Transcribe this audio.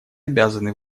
обязаны